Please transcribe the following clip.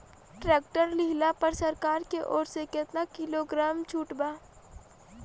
Tractor लिहला पर सरकार की ओर से केतना किलोग्राम छूट बा?